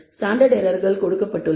standard எரர்கள் கொடுக்கப்பட்டுள்ளன